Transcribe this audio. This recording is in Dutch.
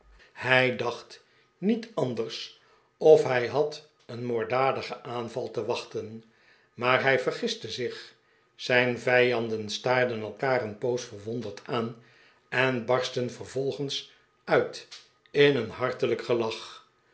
hij da'cht niet anders of hij had een moorddadigen aanval te wachten maar hij vergiste zich zijn vijanden staarden elkaar een poos verwonderd aan en barstten vervolgens uit in een hartelijk gelach